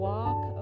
Walk